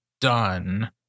done